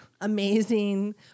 amazing